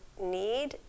need